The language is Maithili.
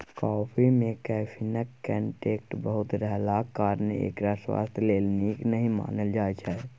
कॉफी मे कैफीनक कंटेंट बहुत रहलाक कारणेँ एकरा स्वास्थ्य लेल नीक नहि मानल जाइ छै